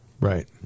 Right